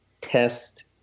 test